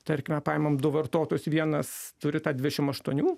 tarkime paimam du vartotus vienas turi tą dvidešim aštuonių